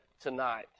tonight